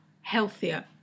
healthier